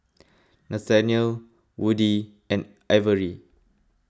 Nathaniel Woody and Averi